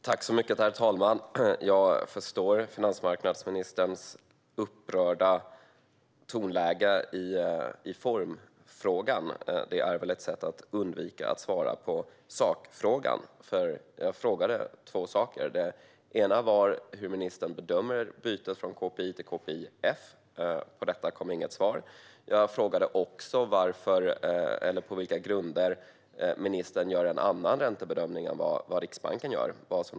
Herr talman! Jag förstår finansmarknadsministerns upprörda tonläge i formfrågan. Det är väl ett sätt att undvika att svara på sakfrågan. Jag frågade två saker. Den ena var hur ministern bedömer bytet från KPI till KPIF. På detta kom inget svar. Jag frågade också på vilka grunder ministern gör en annan räntebedömning än vad Riksbanken gör.